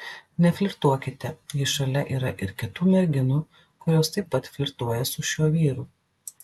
neflirtuokite jei šalia yra ir kitų merginų kurios taip pat flirtuoja su šiuo vyru